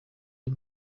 uyu